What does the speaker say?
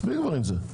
מספיק עם זה.